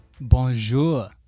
bonjour